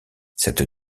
cette